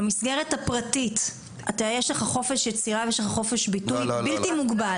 במסגרת הפרטית יש לך חופש יצירה וחופש ביטוי בלתי מוגבל,